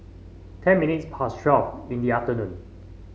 ten minutes past twelve in the afternoon